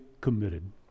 committed